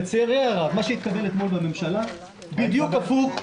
לצערי הרב, מה שהתקבל אתמול בממשלה זה בדיוק הפוך.